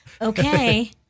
Okay